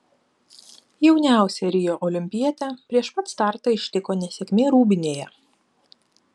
jauniausią rio olimpietę prieš pat startą ištiko nesėkmė rūbinėje